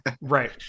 Right